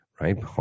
right